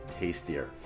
tastier